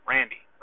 Randy